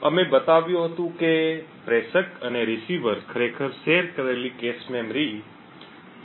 અમે બતાવ્યું હતું કે પ્રેષક અને રીસીવર ખરેખર શેર કરેલી કેશ મેમરી દ્વારા સંદેશાઓની આપ લે કરી શકે છે